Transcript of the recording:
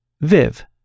Viv